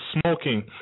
smoking